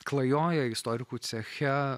klajoja istorikų ceche